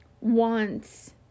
wants